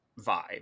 vibe